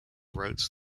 wrote